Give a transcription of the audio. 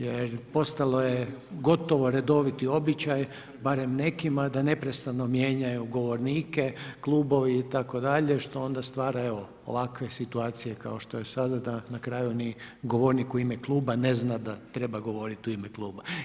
Jer postalo je gotovo redoviti običaj, barem nekima da neprestano mijenjaju govornike, klubovi itd. što onda stvara evo, ovakve situacije kao što je sada da na kraju ni govornik u ime kluba ne zna da treba govoriti u ime kluba.